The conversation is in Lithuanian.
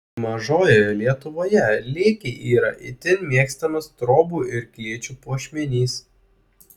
mažojoje lietuvoje lėkiai yra itin mėgstamas trobų ir klėčių puošmenys